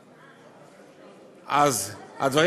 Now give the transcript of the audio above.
אז מה